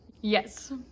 yes